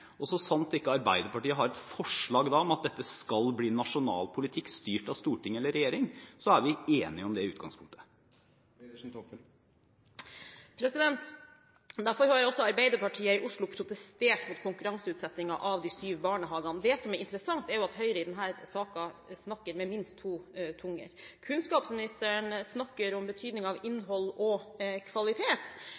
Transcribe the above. Og så sant Arbeiderpartiet ikke har et forslag om at dette skal bli nasjonal politikk styrt av storting eller regjering, er vi enige om det i utgangspunktet. Derfor har jo også Arbeiderpartiet i Oslo protestert mot konkurranseutsettingen av de sju barnehagene. Det som er interessant, er at Høyre i denne saken snakker med minst to tunger. Kunnskapsministeren snakker om betydningen av